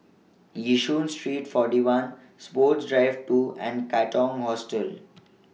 Yishun Street forty one Sports Drive two and Katong Hostel